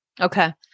Okay